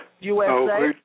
usa